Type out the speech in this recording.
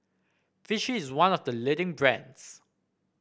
Vichy is one of the leading brands